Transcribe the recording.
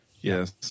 Yes